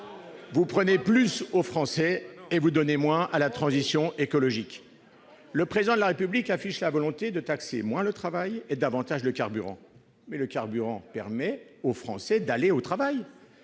vous prenez plus aux Français, mais donnez moins à la transition écologique. Le Président de la République affiche la volonté de taxer moins le travail et davantage le carburant. Mais le carburant permet aux Français d'aller au travail